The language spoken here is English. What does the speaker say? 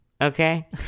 Okay